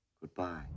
Goodbye